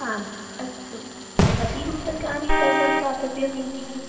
आम् अस्तु कति रूप्यकाणि तैलं दातव्यम् इति